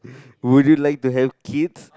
would you like to have kids